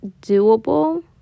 doable